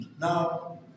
Now